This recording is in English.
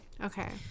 okay